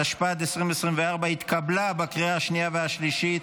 התשפ"ד 2024, התקבלה בקריאה השנייה והשלישית,